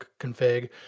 config